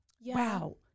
wow